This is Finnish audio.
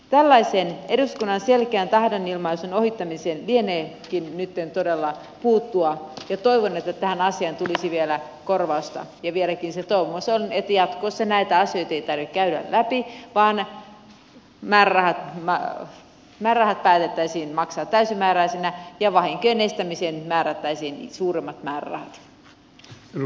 tällaisen eduskunnan selkeän tahdonilmaisun ohittamiseen lieneekin nytten todella syytä puuttua ja toivon että tähän asiaan tulisi vielä korjausta ja vieläkin se toivomus on että jatkossa näitä asioita ei tarvitse käydä läpi vaan määrärahat päätettäisiin maksaa täysimääräisinä ja vahinkojen estämiseen määrättäisiin suuremmat määrärahat